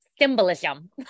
symbolism